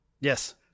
Yes